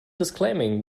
disclaiming